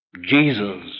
Jesus